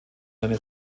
seine